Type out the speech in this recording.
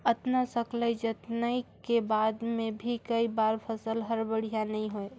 अतना सकलई जतनई के बाद मे भी कई बार फसल हर बड़िया नइ होए